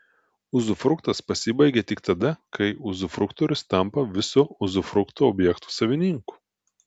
uzufruktas pasibaigia tik tada kai uzufruktorius tampa viso uzufrukto objekto savininku